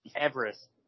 Everest